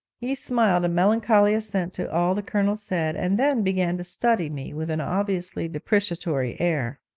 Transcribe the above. he smiled a melancholy assent to all the colonel said, and then began to study me with an obviously depreciatory air.